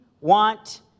want